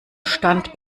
stand